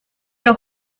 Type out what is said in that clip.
los